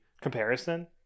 Comparison